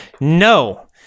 no